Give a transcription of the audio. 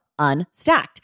Unstacked